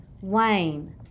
Wayne